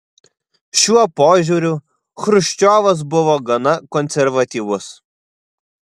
šiuo požiūriu chruščiovas buvo gana konservatyvus